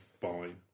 fine